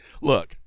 look